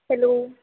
hello